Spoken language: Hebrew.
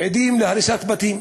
עדים להריסת בתים,